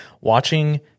watching